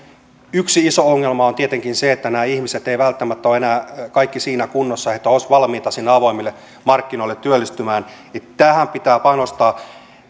yksi iso ongelma on tietenkin se että nämä ihmiset eivät välttämättä enää kaikki ole siinä kunnossa että he olisivat valmiita sinne avoimille markkinoille työllistymään eli tähän pitää panostaa